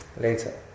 later